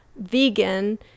vegan